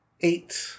eight